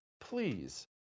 Please